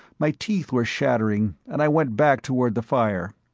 my teeth were chattering and i went back toward the fire.